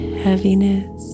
heaviness